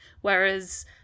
Whereas